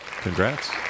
Congrats